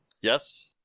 Yes